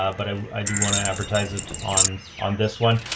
ah but ah i do want to advertise it on, on this one.